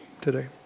today